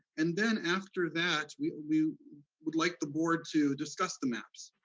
and then, after that, we we would like the board to discuss the maps.